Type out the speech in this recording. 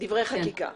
דברי חקיקה.